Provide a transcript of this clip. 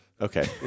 Okay